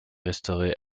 restauré